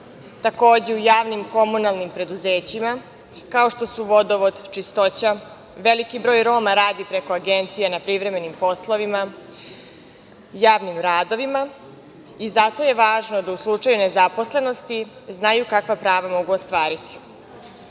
takođe u javnim komunalnim preduzećima, kao što su vodovod, čistoća, veliki broj Roma radi preko agencije na privremenim poslovima, javnim radovima i zato je važno da u slučaju nezaposlenosti znaju kakva prava mogu ostvariti. Nacionalna